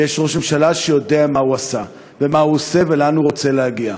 ויש ראש ממשלה שיודע מה הוא עשה ומה עושה ולאן הוא רוצה להגיע.